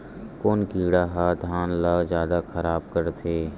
कोन कीड़ा ह धान ल जादा खराब करथे?